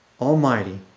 Almighty